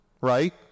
right